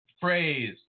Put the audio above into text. phrase